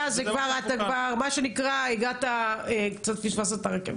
אוקיי תודה, אתה כבר מה שנקרא פספסת את הרכבת.